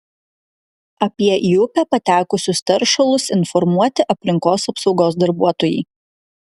apie į upę patekusius teršalus informuoti aplinkos apsaugos darbuotojai